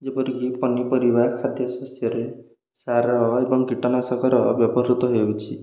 ଯେପରିକି ପନିପରିବା ଖାଦ୍ୟ ଶସ୍ୟରେ ସାର ଏବଂ କୀଟନାଶକର ବ୍ୟବହୃତ ହେଉଛି